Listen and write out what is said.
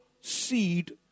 seed